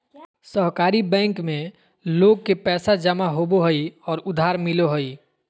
सहकारी बैंक में लोग के पैसा जमा होबो हइ और उधार मिलो हइ